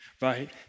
right